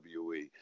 WWE